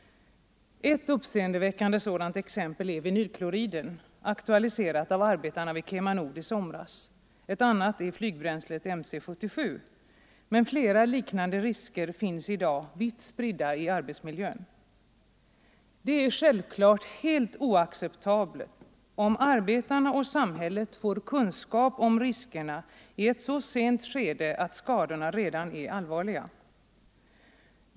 Ett uppseendeväckande exempel är vinylkloriden, aktualiserad av arbetarna vid KemaNord i somras, ett annat är flygbränslet MC-77, men flera liknande risker finns i dag vitt spridda i arbetsmiljön. Det är självfallet helt oacceptabelt om arbetarna och samhället får kunskap om riskerna i ett så sent skede att skadorna redan är allvarliga.